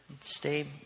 stay